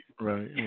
right